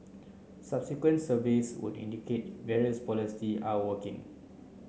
subsequent surveys would indicate various policies are working